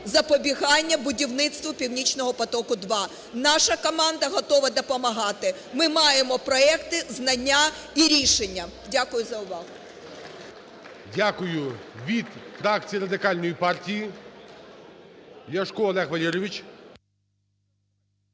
запобігання будівництву "Північного потоку 2". Наша команда готова допомагати, ми маємо проекти, знання і рішення. Дякую за увагу. ГОЛОВУЮЧИЙ. Дякую. Від фракції Радикальної партії